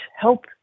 help